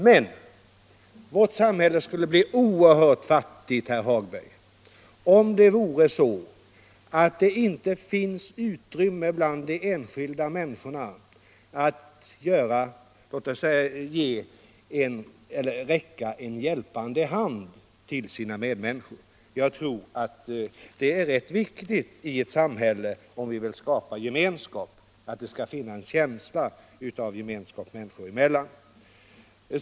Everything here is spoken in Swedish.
Men vårt samhälle skulle bli oerhört fattigt, herr Hagberg, om det inte fanns utrymme för den enskilde medborgaren att räcka en hjälpande hand till sina medmänniskor. Jag tror att det är rätt viktigt om vi vill skapa gemenskap i ett samhälle att det finns en känsla av gemenskap människor emellan.